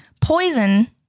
poison